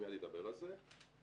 יגאל ידבר על זה,